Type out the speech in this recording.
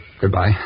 Goodbye